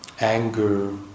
Anger